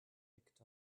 picked